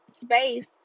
space